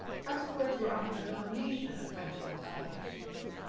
harpsichords were often a combination of french and italian instruments,